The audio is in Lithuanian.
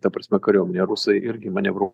ta prasme kuriuomenę rusai irgi manevru